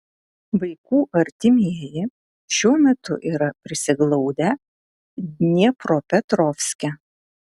vaikų artimieji šiuo metu yra prisiglaudę dniepropetrovske